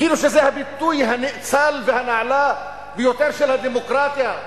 כאילו שזה הביטוי הנאצל והנעלה ביותר של הדמוקרטיה.